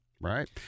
Right